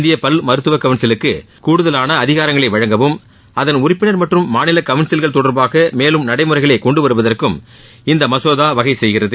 இந்திய பல் மருத்துவ கவுன்சிலுக்கு கூடுதலான அதிகாரங்களை வழங்கவும் அதன் உறுப்பினர் மற்றும் மாநில கவுன்சில்கள் தொடர்பாக மேலும் நடைமுறைகளை கொண்டுவருவதற்கும் இந்த மசோதா வகை செய்கிறது